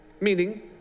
meaning